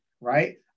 right